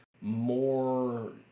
more